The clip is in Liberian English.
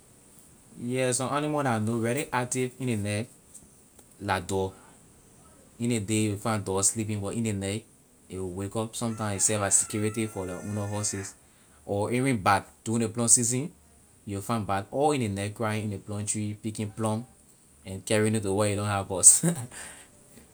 Yes some animal that I know really active in the night la dog in ley day you will find dog sleeping but in the night a will wake up sometime it serve as security for their owner houses or even bat during the plum season you will find bat all in the night crying in the plum tree picking plum and carrying it to where it don't have house.